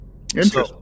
Interesting